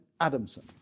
Adamson